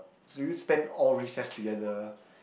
so will you spend all recess together